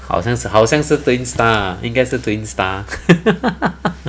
好像是好像 twin star 因该是 twin star ah